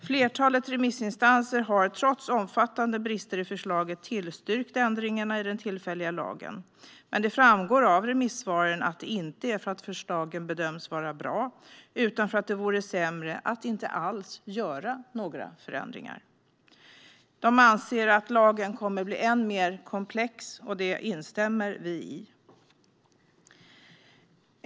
Flertalet remissinstanser har, trots omfattande brister i förslaget, tillstyrkt ändringarna i den tillfälliga lagen. Men det framgår av remissvaren att det inte är för att förslagen bedöms vara bra, utan för att det vore sämre att inte alls göra några förändringar. De anser att lagen kommer att bli än mer komplex, och det instämmer vi i.